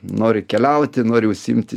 nori keliauti nori užsiimti